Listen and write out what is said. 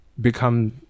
become